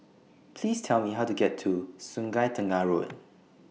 Please Tell Me How to get to Sungei Tengah Road